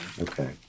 Okay